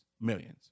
Millions